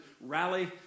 rally